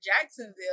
Jacksonville